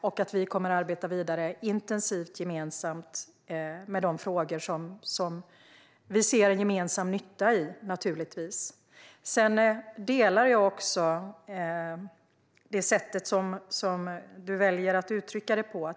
Och vi kommer att arbeta vidare intensivt och gemensamt med de frågor som vi ser gemensam nytta i. Jag håller också med om det sätt som Rasmus Ling väljer att uttrycka det på.